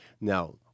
Now